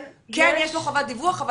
כן יש לו חובת דיווח,